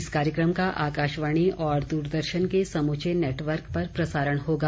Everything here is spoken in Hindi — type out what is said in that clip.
इस कार्यक्रम का आकाशवाणी और द्रदर्शन के समूचे नेटवर्क पर प्रसारण होगा